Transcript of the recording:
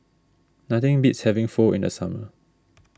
nothing beats having Pho in the summer